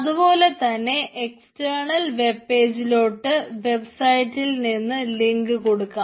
അതുപോലെതന്നെ എക്സ്റ്റേണൽ വെബ്പേജിലോട്ട് വെബ്സൈറ്റിൽ നിന്ന് ലിങ്ക് കൊടുക്കാം